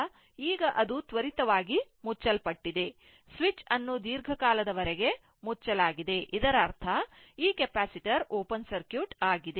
ಆದ್ದರಿಂದ ಈಗ ಅದು ತ್ವರಿತವಾಗಿ ಮುಚ್ಚಲ್ಪಟ್ಟಿದೆ ಸ್ವಿಚ್ ಅನ್ನು ದೀರ್ಘಕಾಲದವರೆಗೆ ಮುಚ್ಚಲಾಗಿದೆ ಇದರರ್ಥ ಈ ಕೆಪಾಸಿಟರ್ ಓಪನ್ ಸರ್ಕ್ಯೂಟ್ ಆಗಿದೆ